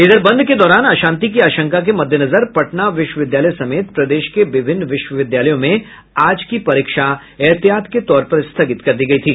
इधर बंद के दौरान अशांति की आशंका के मद्देनजर पटना विश्वविद्यालय समेत प्रदेश के विभिन्न विश्वविद्यालयों में आज की परीक्षा एहतियात के तौर पर स्थगित कर दी गयी थी